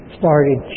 started